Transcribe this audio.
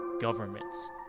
governments